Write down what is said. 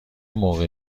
موقع